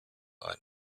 ein